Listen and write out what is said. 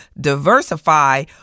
diversify